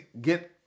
get